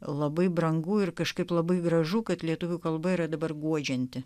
labai brangu ir kažkaip labai gražu kad lietuvių kalba yra dabar guodžianti